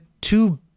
two